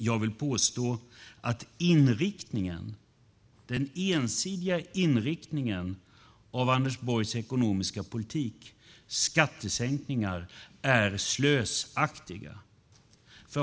Jag vill påstå att den ensidiga inriktningen av Anders Borgs ekonomiska politik, skattesänkningar, är slösaktiga.